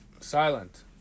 Silent